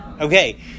Okay